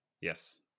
Yes